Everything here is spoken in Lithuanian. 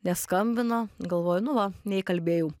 neskambino galvoju nu va neįkalbėjau